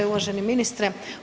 Uvaženi ministre.